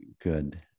good